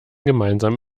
gemeinsam